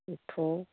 ऊ ठो